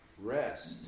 Rest